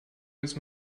jetzt